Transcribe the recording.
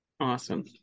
awesome